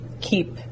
keep